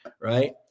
right